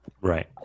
Right